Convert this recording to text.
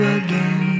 again